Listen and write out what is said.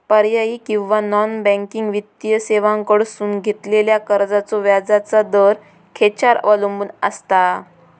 पर्यायी किंवा non banking वित्तीय सेवांकडसून घेतलेल्या कर्जाचो व्याजाचा दर खेच्यार अवलंबून आसता?